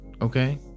okay